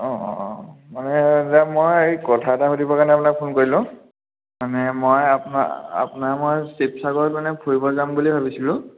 অঁ অঁ অঁ মানে দাদা মই এই কথা এটা সুধিব কাৰণে আপোনাক ফোন কৰিলোঁ মানে মই আপোনাৰ মই শিৱসাগত মানে ফুৰিবলে যাম বুলি ভাবিছিলোঁ